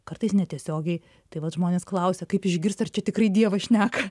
kartais netiesiogiai tai vat žmonės klausia kaip išgirsti ar čia tikrai dievas šneka